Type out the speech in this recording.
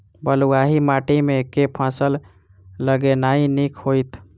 बलुआही माटि मे केँ फसल लगेनाइ नीक होइत?